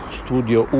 studio